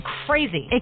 crazy